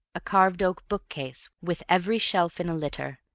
a carved oak bookcase, with every shelf in a litter,